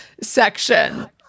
Section